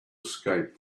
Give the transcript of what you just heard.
escape